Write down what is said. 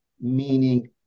meaning